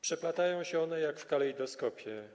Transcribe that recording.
Przeplatają się one jak w kalejdoskopie.